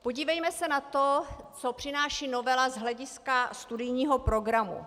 Podívejme se na to, co přináší novela z hlediska studijního programu.